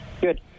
Good